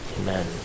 amen